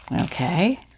Okay